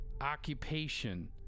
occupation